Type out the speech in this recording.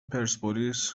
پرسپولیس